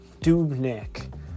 Dubnik